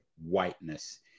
whiteness